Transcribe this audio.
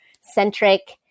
centric